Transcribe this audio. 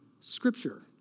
Scripture